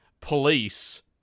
police